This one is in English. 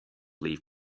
leave